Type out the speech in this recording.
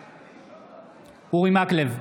בעד אורי מקלב,